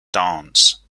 dance